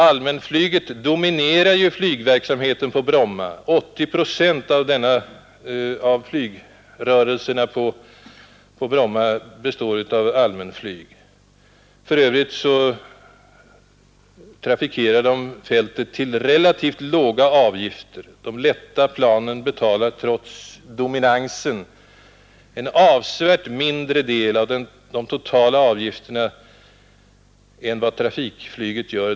Allmänflyget dominerar flygverksamheten på Bromma — 80 procent av flygrörelserna på Bromma består av allmänflyg, som för övrigt trafikerar fältet till relativt låga avgifter. De lätta planen betalar, trots dominansen, en avsevärt mindre del av de totala avgifterna än vad trafikflyget gör.